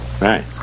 Right